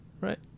right